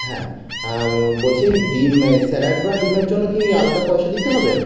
হ্যাঁ বলছি ওই ডিম স্যালাড বা ডিমের জন্য কি আলাদা পয়সা দিতে হবে